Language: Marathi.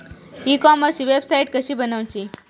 ई कॉमर्सची वेबसाईट कशी बनवची?